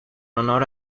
honor